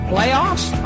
Playoffs